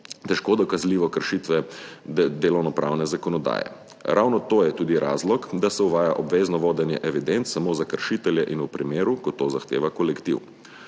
težko dokazati kršitve delovnopravne zakonodaje. Ravno to je tudi razlog, da se uvaja obvezno vodenje evidenc samo za kršitelje in v primeru, ko to zahteva kolektiv.